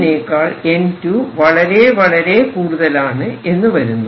ക്കാൾ N2 വളരെ വളരെ കൂടുതലാണ് എന്ന് വരുന്നു